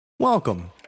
Welcome